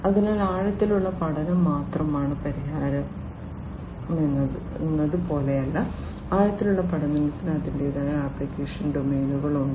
അതിനാൽ ആഴത്തിലുള്ള പഠനം മാത്രമാണ് പരിഹാരമെന്നത് പോലെയല്ല ആഴത്തിലുള്ള പഠനത്തിന് അതിന്റേതായ ആപ്ലിക്കേഷൻ ഡൊമെയ്നുകൾ ഉണ്ട്